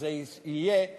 שזה יהיה "הישראלי".